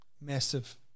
massive